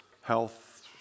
health